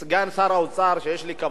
שיש לי כבוד רב כלפיו,